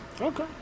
Okay